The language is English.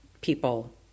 people